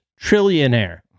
trillionaire